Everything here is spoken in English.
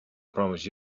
promised